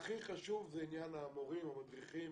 הכי חשוב זה עניין המורים, המדריכים,